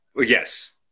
yes